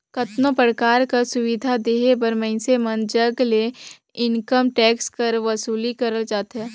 केतनो परकार कर सुबिधा देहे बर मइनसे मन जग ले इनकम टेक्स कर बसूली करल जाथे